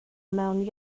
mewn